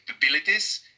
capabilities